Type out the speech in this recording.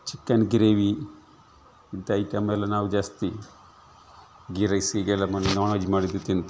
chicken gravy ಇಂಥ ಐಟಮೆಲ್ಲ ನಾವು ಜಾಸ್ತಿ ಗೀ ರೈಸಿಗೆಲ್ಲ ಮೊನ್ನೆ ನಾನ್ ವೆಜ್ ಮಾಡಿದ್ದೆ ತಿಂತೀವಿ